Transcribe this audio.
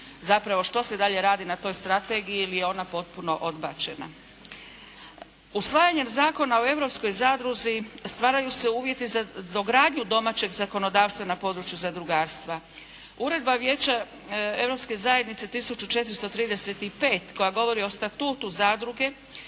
zapravo što se dalje radi na toj strategiji ili je ona potpuno odbačena. Usvajanjem zakona o europskoj zadruzi stvaraju se uvjeti za dogradnju domaćeg zakonodavstva na području zadrugarstva. Udruga Vijeća europske zajednice 1435 koja govori o statutu zadruge